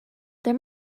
there